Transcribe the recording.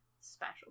special